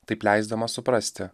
taip leisdamas suprasti